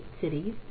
cities